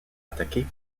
attaquer